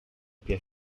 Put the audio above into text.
più